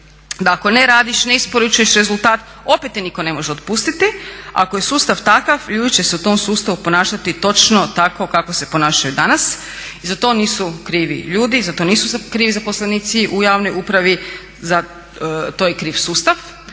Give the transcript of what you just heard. da ako ne radiš, ne isporučuješ rezultat opet te nitko ne može otpustiti, ako je sustav takav ljudi će se u tom sustavu ponašati točno tako kako se ponašaju danas i za to nisu krivi ljudi, za to nisu krivi zaposlenici u javnoj upravi to je kriv sustav,